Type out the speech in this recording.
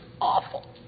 awful